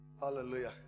Hallelujah